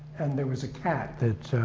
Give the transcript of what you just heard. and there was a cat that